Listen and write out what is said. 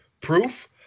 Proof